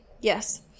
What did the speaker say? Yes